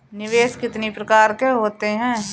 निवेश कितनी प्रकार के होते हैं?